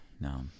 No